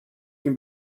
can